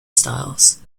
styles